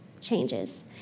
changes